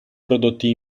prodotti